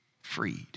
Freed